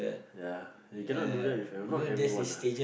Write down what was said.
ya you cannot do that with ev~ not everyone ah